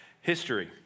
history